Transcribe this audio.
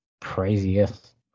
craziest